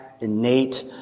innate